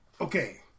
okay